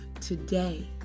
today